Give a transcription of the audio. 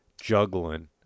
juggling